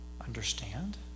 Understand